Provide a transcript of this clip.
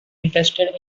interested